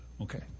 Okay